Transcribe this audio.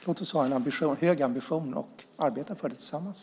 Låt oss ha en hög ambition och arbeta för det tillsammans.